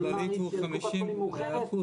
המנ"מרית של קופת חולים מאוחדת.